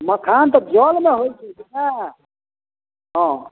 मखान तऽ जलमे होइ छै कि ने हँ